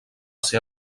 ser